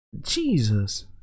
jesus